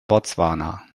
botswana